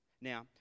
Now